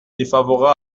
défavorables